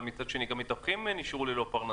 אבל מצד שני גם מתווכים נשארו ללא פרנסה,